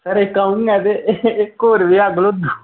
sir इक अ'ऊं ऐ ते इक ओर बी ऐ गरोदू